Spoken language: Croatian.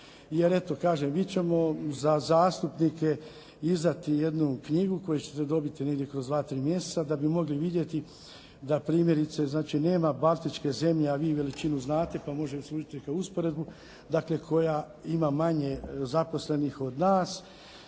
Jer eto kažem mi ćemo za zastupnike izdati jednu knjigu koju ćete dobiti negdje kroz 2, 3 mjeseca da bi mogli vidjeti da primjerice znači nema baltičke zemlje, a vi veličinu znate pa može služiti kao usporedbu koja ima manje zaposlenih od nas.